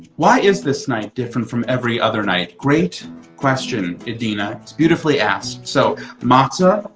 why is this night different from every other night? great question, idina, it's beautifully asked. so, matzah,